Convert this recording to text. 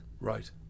Right